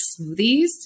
smoothies